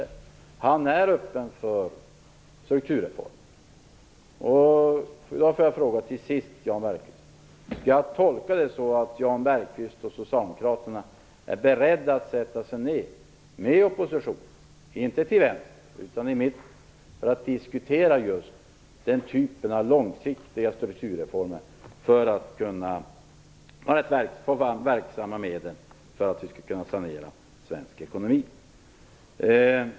Jan Bergqvist är öppen för strukturreformer, och jag vill till sist fråga honom om jag skall tolka det så att Jan Bergqvist och Socialdemokraterna är beredda att sätta sig ned tillsammans med oppositionen, inte den till vänster utan i mitten, för att diskutera långsiktiga strukturreformer som verksamma medel för en sanering av svensk ekonomi.